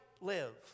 live